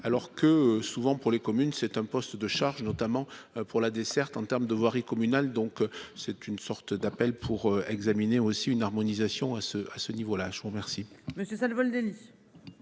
alors que souvent pour les communes, c'est un poste de charges, notamment pour la desserte en terme de voirie communale. Donc c'est une sorte d'appel pour examiner aussi une harmonisation à ce à ce niveau-là, je vous remercie.